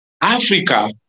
Africa